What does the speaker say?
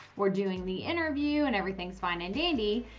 we're doing the interview and everything's fine and dandy.